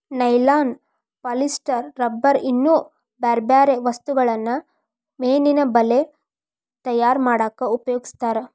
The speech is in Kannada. ನೈಲಾನ್ ಪಾಲಿಸ್ಟರ್ ರಬ್ಬರ್ ಇನ್ನೂ ಬ್ಯಾರ್ಬ್ಯಾರೇ ವಸ್ತುಗಳನ್ನ ಮೇನಿನ ಬಲೇ ತಯಾರ್ ಮಾಡಕ್ ಉಪಯೋಗಸ್ತಾರ